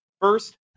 First